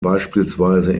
beispielsweise